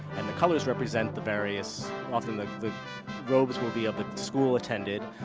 and the colors represent the various often the robes will be of the school attended,